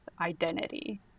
identity